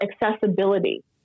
accessibility